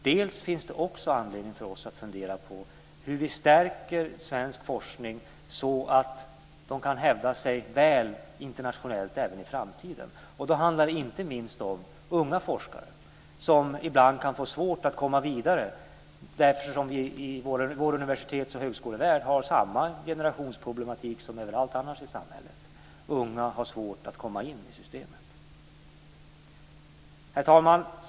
Dels finns det också anledning för oss att fundera på hur vi stärker svensk forskning så att den kan hävda sig väl internationellt även i framtiden. Då handlar det inte minst om unga forskare som ibland kan få svårt att komma vidare därför att vår universitets och högskolevärld har samma generationsproblematik som överallt annars i samhället. Unga har svårt att komma in i systemet. Herr talman!